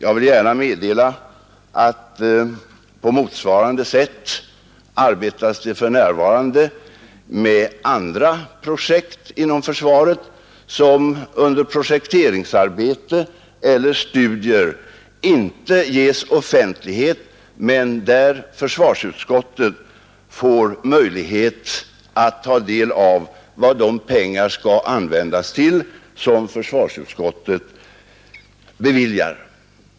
Jag vill gärna meddela att på motsvarande sätt arbetas det för närvarande med andra projekt inom försvaret, som under projekteringsarbete eller studier inte ges offentlighet, medan däremot försvarsutskottet får möjlighet att ta del av vad de pengar skall användas till som beviljas på förslag av utskottet.